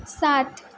सात